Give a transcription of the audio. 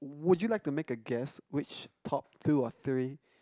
would you like to make a guess which top two or three